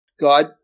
God